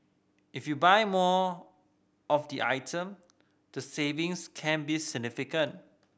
if you buy more of the item the savings can be significant